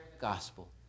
gospel